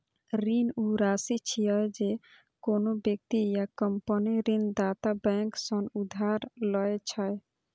ऋण ऊ राशि छियै, जे कोनो व्यक्ति या कंपनी ऋणदाता बैंक सं उधार लए छै